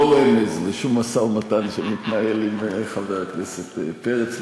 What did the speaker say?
זה לא רמז לשום משא-ומתן שמתנהל עם חבר הכנסת פרץ.